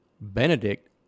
Benedict